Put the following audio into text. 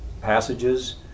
passages